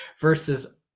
versus